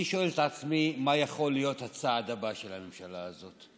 אני שואל את עצמי מה יכול להיות הצעד הבא של הממשלה הזאת.